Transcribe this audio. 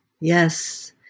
Yes